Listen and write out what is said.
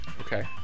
Okay